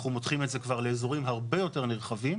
אנחנו מותחים את זה כבר לאזורים הרבה יותר נרחבים.